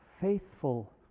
faithful